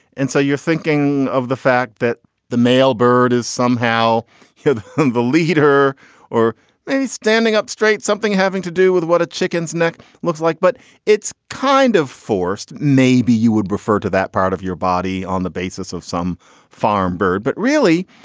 and so you're thinking of the fact that the male bird is somehow had the lead her or is standing up straight something having to do with what a chicken's neck looks like, but it's kind of forced. maybe you would refer to that part of your body on the basis of some farm bird. but really,